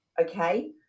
okay